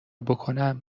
بکنم